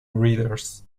readers